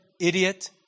idiot